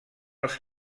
els